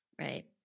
Right